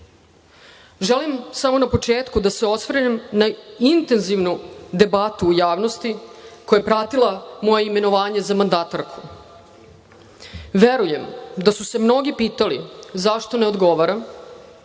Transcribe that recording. idemo. Želim na početku da se osvrnem na intenzivnu debatu u javnosti koja je pratila moje imenovanje za mandatarku. Verujem da su se mnogi pitali zašto ne odgovaram